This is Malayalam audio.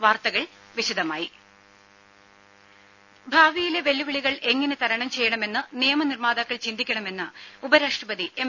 വാർത്തകൾ വിശദമായി ഭാവിയിലെ വെല്ലുവിളികൾ എങ്ങനെ തരണം ചെയ്യണമെന്ന് നിയമ നിർമ്മാതാക്കൾ ചിന്തിക്കണമെന്ന് ഉപരാഷ്ട്രപതി എം